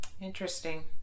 interesting